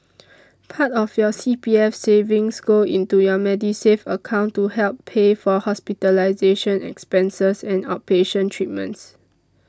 part of your C P F savings go into your Medisave account to help pay for hospitalization expenses and outpatient treatments